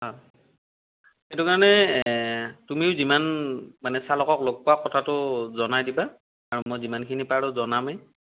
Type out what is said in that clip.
অ এইটো কাৰণে তুমিও যিমান মানে চালকক লগ পোৱা কথাটো জনাই দিবা আৰু মই যিমানখিনি পাৰোঁ জনামেই